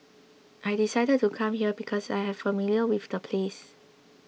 I decided to come here because I was familiar with the place